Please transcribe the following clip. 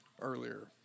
earlier